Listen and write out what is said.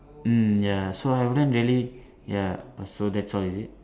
mm ya so I wouldn't really ya so that's all is it